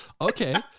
Okay